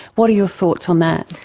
what are your thoughts on that?